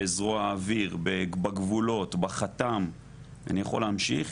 בזרוע האוויר, בגבולות, בחת"ם, אני יכול להמשיך,